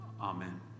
Amen